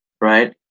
right